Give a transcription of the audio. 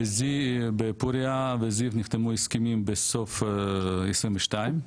בפורייה וזיו נחתמו הסכמים בסוף 2022,